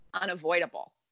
unavoidable